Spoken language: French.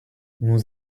nous